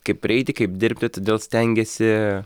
kaip prieiti kaip dirbti todėl stengėsi